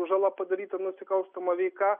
žala padaryta nusikalstama veika